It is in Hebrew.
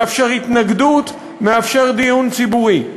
מאפשר התנגדות, מאפשר דיון ציבורי.